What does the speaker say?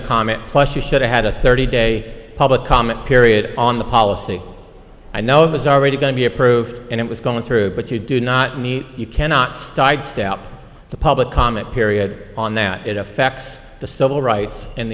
a comment plus you should have had a thirty day public comment period on the policy i know it was already going to be approved and it was going through but you do not need you cannot step the public comment period on that it affects the civil rights and